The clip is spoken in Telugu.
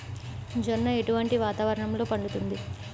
జొన్న ఎటువంటి వాతావరణంలో పండుతుంది?